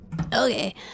Okay